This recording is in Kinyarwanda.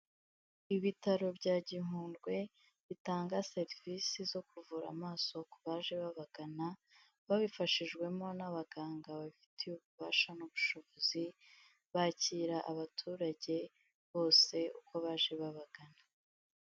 Ibitaro bya gihundwe bitanga serivisi zo kuvura amaso ku baje babagana, babifashijwemo n'abaganga babifitiye ububasha n'ubushobozi bakira abaturage bose uko baje babagana.